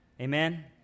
Amen